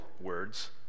words